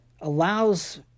allows